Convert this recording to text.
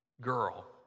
girl